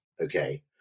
Okay